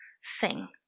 sing